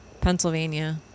Pennsylvania